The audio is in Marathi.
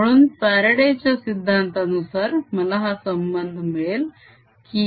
म्हणून फ्यारडे च्या सिद्धांतानुसार मला हा संबंध मिळेल की